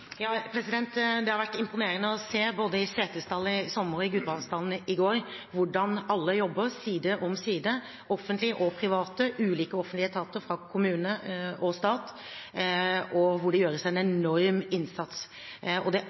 Det har vært imponerende å se, både i Setesdal i sommer og i Gudbrandsdalen i går, hvordan alle jobber side om side – offentlige og private, ulike offentlige etater fra kommune og stat – og hvordan det gjøres en enorm innsats. Det